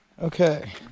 Okay